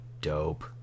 Dope